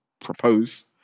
propose